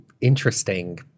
interesting